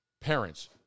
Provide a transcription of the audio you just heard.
parents